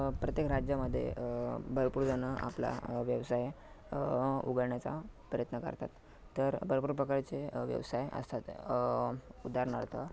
प्रत्येक राज्यामध्ये भरपूर जण आपला व्यवसाय उघडण्याचा प्रयत्न करतात तर भरपूर प्रकारचे व्यवसाय असतात उदाहरणार्थ